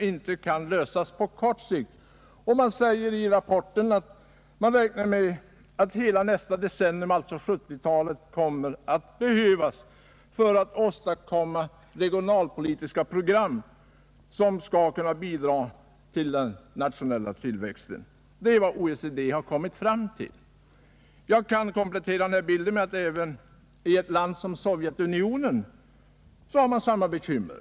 I rapporten räknar man med att hela 1970-talet kommer att behövas för att åstadkomma regionalpolitiska program som skall kunna bidra till den nationella tillväxten. Det är vad OECD har kommit fram till. Jag kan komplettera bilden genom att peka på att man även i ett land som Sovjetunionen har samma bekymmer.